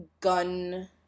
gun